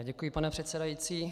Děkuji, pane předsedající.